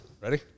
Ready